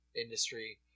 industry